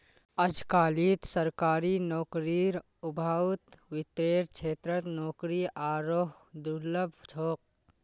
अजकालित सरकारी नौकरीर अभाउत वित्तेर क्षेत्रत नौकरी आरोह दुर्लभ छोक